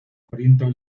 corinto